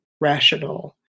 rational